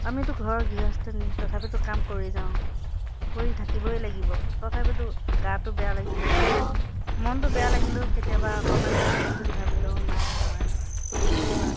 আমিতো ঘৰৰ গৃহস্থনী তথাপিতো কাম কৰি যাওঁ কৰি থাকিবই লাগিব তথাপিতো গাটো বেয়া লাগিলেও মনটো বেয়া লাগিলেও কেতিয়াবা অকণমান ৰেষ্ট লওঁ বুলি ভাবিলেও নাই নোৱাৰি কেতিয়াবা